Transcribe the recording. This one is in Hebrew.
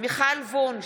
מיכל וונש,